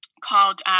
called